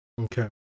okay